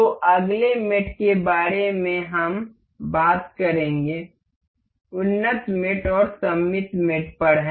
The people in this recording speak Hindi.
तो अगले मेट के बारे में हम बात करेंगे उन्नत मेट में सममित मेट पर है